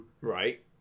Right